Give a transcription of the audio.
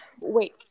Wait